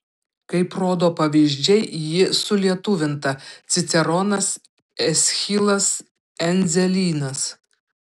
kaip rodo pavyzdžiai ji sulietuvinta ciceronas eschilas endzelynas